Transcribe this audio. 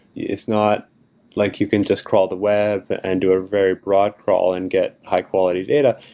it's not like you can just crawl the web and do a very broad crawl and get high quality data.